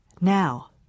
Now